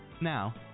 Now